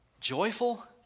joyful